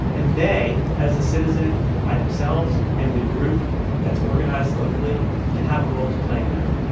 and they as a citizen by themselves and the group that's organized locally can have a role to play in that.